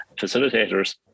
facilitators